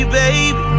baby